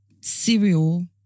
cereal